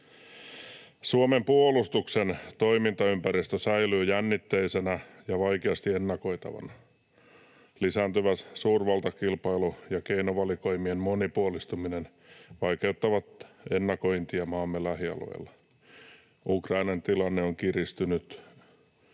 Suomen puolustuksen toimintaympäristö säilyy jännitteisenä ja vaikeasti ennakoitavana. Lisääntyvät suurvaltakilpailu ja keinovalikoimien monipuolistuminen vaikeuttavat ennakointia maamme lähialueilla. Ukrainan tilanne on kiristynyt.